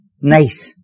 nice